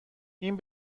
این